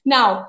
Now